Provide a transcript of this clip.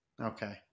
Okay